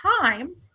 time